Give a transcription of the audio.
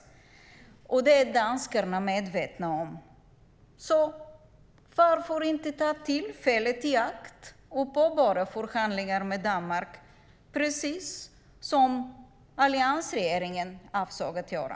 Detta är danskarna medvetna om. Varför inte ta tillfället i akt och påbörja förhandlingar med Danmark, precis som alliansregeringen avsåg att göra?